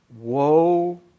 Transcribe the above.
Woe